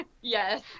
Yes